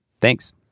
Thanks